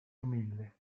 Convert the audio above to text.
humilde